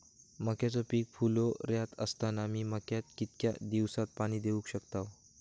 मक्याचो पीक फुलोऱ्यात असताना मी मक्याक कितक्या दिवसात पाणी देऊक शकताव?